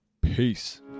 peace